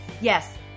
Yes